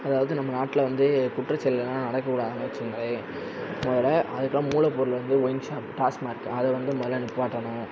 அதாவது நம்ம நாட்டில் வந்து குற்றச்செயல்கள்லாம் நடக்கக்கூடாதுன்னு வச்சிங்களேன் முதல்ல அதுக்குலாம் மூலப்பொருள் வந்து ஒயின்ஷாப் டாஸ்மார்க்கு அதை வந்து முதல்ல நிப்பாட்டணும்